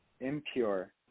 impure